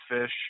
fish